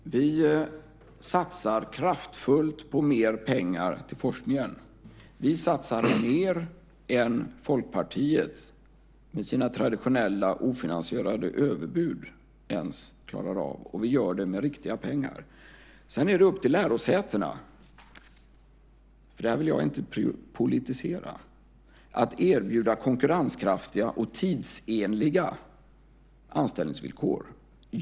Fru talman! Vi satsar kraftfullt på mer pengar till forskningen. Vi satsar mer än vad Folkpartiet klarar av med sina traditionella ofinansierade överbud. Vi gör det med riktiga pengar. Jag vill inte politisera detta. Därför är det upp till lärosätena att erbjuda konkurrenskraftiga och tidsenliga anställningsvillkor.